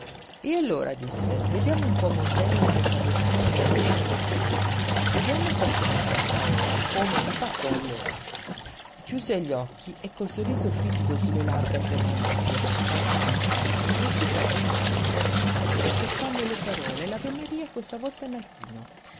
e allora disse vediamo un po montaigne e sant'agostino mi siano testimonii vediamo un po se mi passa ora come mi passò allora chiuse gli occhi e col sorriso frigido su le labbra tremanti per lo spasimo interno recitò pian piano con stento cercando le parole l'avemaria questa volta in latino